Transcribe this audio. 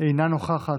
אינה נוכחת,